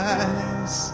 eyes